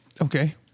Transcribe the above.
Okay